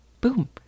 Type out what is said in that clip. Boom